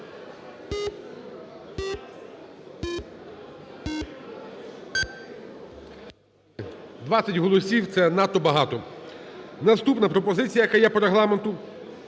20 голосів – це надто багато. Наступна пропозиція, яка є по Регламенту: